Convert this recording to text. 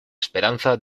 esperanza